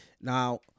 Now